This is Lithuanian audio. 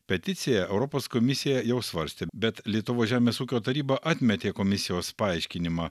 peticiją europos komisija jau svarstė bet lietuvos žemės ūkio taryba atmetė komisijos paaiškinimą